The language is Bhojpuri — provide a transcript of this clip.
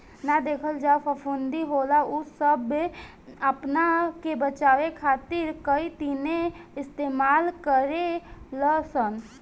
ना देखल जवन फफूंदी होला उ सब आपना के बचावे खातिर काइतीने इस्तेमाल करे लसन